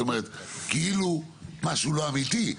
כאילו משהו לא אמיתי.